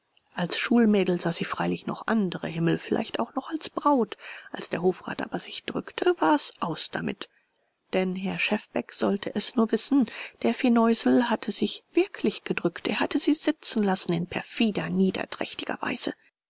als schulmädel sah sie freilich noch andere himmel vielleicht auch noch als braut als der hofrat aber sich drückte war's aus damit denn herr schefbeck sollte es nur wissen der firneusel hatte sich wirklich gedrückt er hatte sie sitzen lassen in perfider niederträchtiger weise